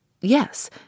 Yes